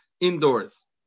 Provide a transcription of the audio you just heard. indoors